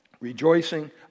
rejoicing